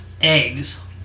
eggs